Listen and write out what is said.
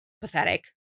pathetic